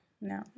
no